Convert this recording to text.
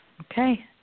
Okay